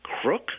crook